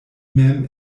mem